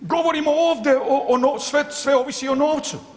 Govorimo ovdje o, sve ovisi o novcu.